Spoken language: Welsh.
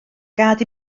gad